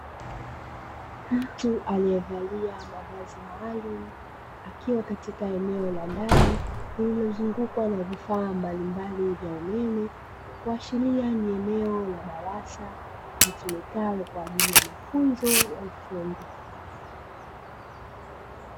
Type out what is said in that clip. Mtu aliyevalia mavazi maalumu, akiwa katika eneo la ndani lilozungukwa na vifaa mbalimbali vya umeme, kuashiria ni eneo la darasa litumikalo kwa ajili ya mafunzo ya ufundi.